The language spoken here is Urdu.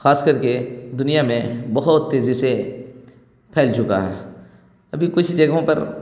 خاص کر کے دنیا میں بہت تیزی سے پھیل چکا ہے ابھی کچھ جگہوں پر